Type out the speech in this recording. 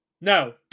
No